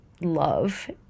love